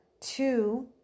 Two